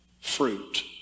fruit